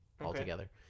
altogether